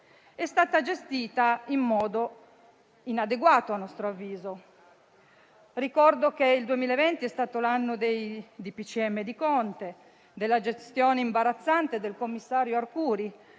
è stata gestita in modo inadeguato. Ricordo che il 2020 è stato l'anno dei DPCM di Conte, della gestione imbarazzante del commissario Arcuri,